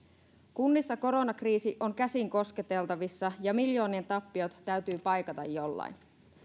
kunnissa koronakriisi on käsin kosketeltavissa ja miljoonien tappiot täytyy paikata jollain